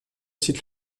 cite